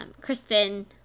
Kristen